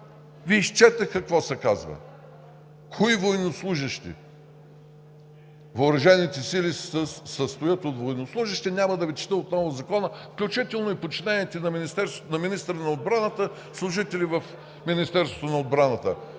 Ви изчетох какво се казва, кои военнослужещи. Въоръжените сили се състоят от военнослужещи, няма да Ви чета отново Закона, включително и подчинените на министъра на отбраната служители в Министерството на отбраната.